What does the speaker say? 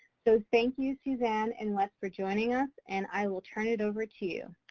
so thank you suzanne and wes for joining us and i will turn it over to